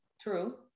True